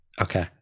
okay